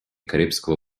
карибского